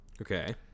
Okay